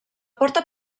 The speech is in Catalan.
porta